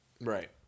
Right